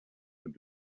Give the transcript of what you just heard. were